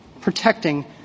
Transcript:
protecting